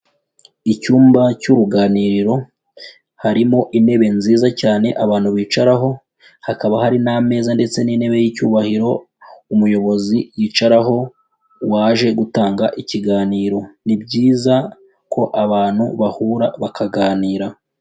Icyumba cy'uruganiriro harimo intebe nziza cyane abantu bicaraho, hakaba hari n'ameza ndetse n'intebe y'icyubahiro umuyobozi yicaraho waje gutanga ikiganiro, ni byiza ko abantu bahura bakaganira.